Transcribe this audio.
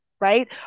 Right